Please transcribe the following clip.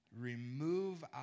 remove